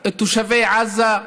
את תושבי עזה,